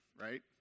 right